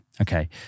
okay